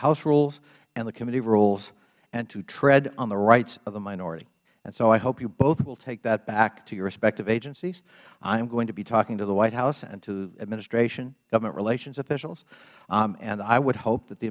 house rules and the committee rules and to tread on the rights of the minority and so i hope you both will take that back to your respective agencies i am going to be talking to the white house and to the administration government relations officials and i would hope that the